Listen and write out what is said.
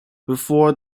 before